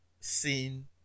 seen